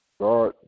God